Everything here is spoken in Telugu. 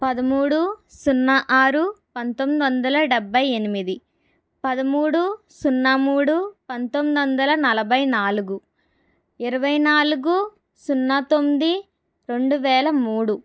పదమూడు సున్నా ఆరు పంతొమ్మిది వందల డెబ్బై ఎనిమిది పదమూడు సున్నా మూడు పంతొమ్మిది వందల నలభై నాలుగు ఇరవై నాలుగు సున్నా తొమ్మిది రెండు వేల మూడు